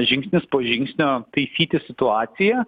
žingsnis po žingsnio taisyti situaciją